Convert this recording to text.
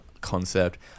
concept